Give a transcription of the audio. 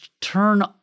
turn